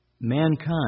Mankind